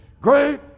great